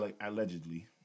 Allegedly